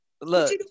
Look